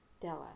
Della